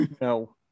No